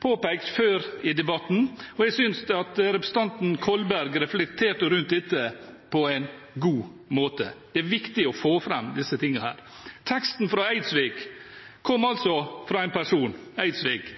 påpekt før i debatten, og jeg synes at representanten Kolberg reflekterte rundt dette på en god måte. Det er viktig å få fram disse tingene. Teksten fra Eidsvik kom altså fra en person – Eidsvik